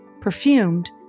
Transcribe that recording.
perfumed